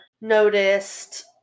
noticed